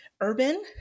urban